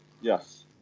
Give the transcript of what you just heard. Yes